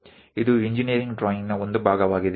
ಇದು ಇಂಜಿನೀರಿಂಗ್ ಡ್ರಾಯಿಂಗ್ನ ಒಂದು ಭಾಗವಾಗಿದೆ